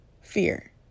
Fear